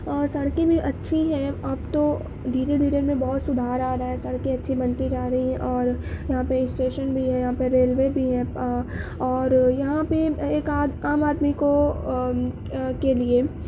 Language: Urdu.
اور سڑکیں بھی اچھی ہیں اب تو دھیرے دھیرے ان میں بہت سدھار آ رہا ہے سڑکیں اچھی بنتی جا رہی ہیں اور یہاں پہ اسٹیشن بھی ہے یہاں پہ ریلوے بھی ہے اور یہاں پہ ایک آد عام آدمی کو کے لیے